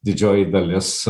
didžioji dalis